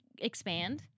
expand